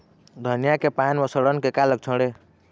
धनिया के पान म सड़न के का लक्षण ये?